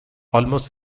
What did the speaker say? almost